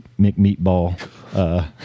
McMeatball